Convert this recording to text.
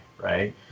Right